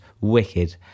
Wicked